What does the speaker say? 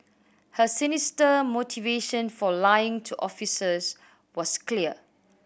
her sinister motivation for lying to officers was clear